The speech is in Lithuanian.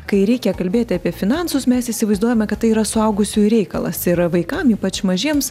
kai reikia kalbėti apie finansus mes įsivaizduojame kad tai yra suaugusiųjų reikalas ir vaikam ypač mažiems